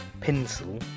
Pencil